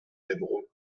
aimeront